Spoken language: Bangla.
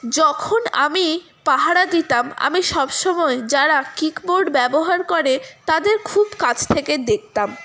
যখন আমি পাহারা দিতাম আমি সব সময় যারা কিকবোর্ড ব্যবহার করে তাদের খুব কাছ থেকে দেখতাম